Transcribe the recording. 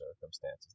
circumstances